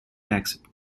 taxable